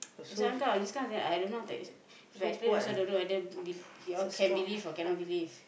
this kind of thing I don't know how to ex~ if explain also you all can believe or cannot believe